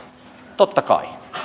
totta kai